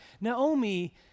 Naomi